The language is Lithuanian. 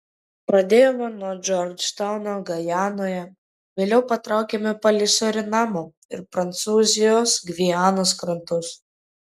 pradėjome nuo džordžtauno gajanoje vėliau patraukėme palei surinamo ir prancūzijos gvianos krantus